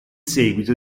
seguito